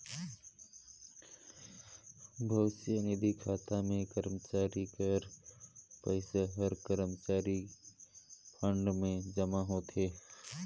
भविस्य निधि खाता में करमचारी कर पइसा हर करमचारी फंड में जमा होथे